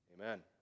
Amen